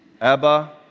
ABBA